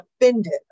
offended